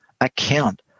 account